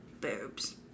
Boobs